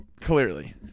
clearly